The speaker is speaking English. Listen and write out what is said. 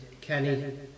Kenny